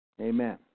Amen